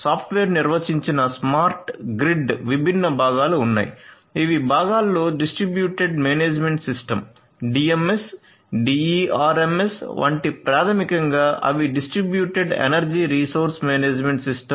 software నిర్వచించిన smart grid విభిన్న భాగాలు ఉన్నాయి ఇవి భాగాలలో distributed management system DMS DERMS వంటి ప్రాథమికంగా అవి distributed energy resource management system